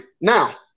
Now